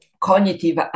cognitive